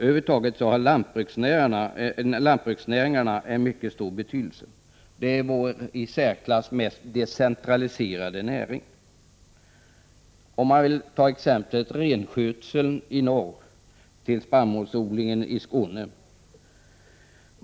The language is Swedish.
Över huvud taget har lantbruksnäringarna mycket stor betydelse. De är vår i särklass mest decentraliserade näring, från renskötseln i norr till spannmålsodlingen i Skåne.